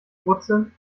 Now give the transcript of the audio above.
brutzeln